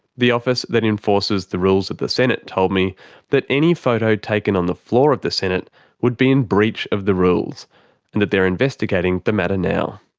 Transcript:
the office that enforces the rules of the senate told me that any photo taken on the floor of the senate would be in breach of the rules, and that they're investigating the matter now.